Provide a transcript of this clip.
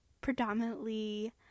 predominantly